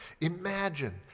Imagine